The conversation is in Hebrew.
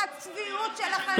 לצביעות שלכם בנושא,